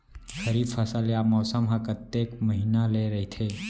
खरीफ फसल या मौसम हा कतेक महिना ले रहिथे?